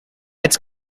its